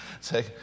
say